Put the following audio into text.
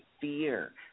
fear